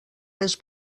més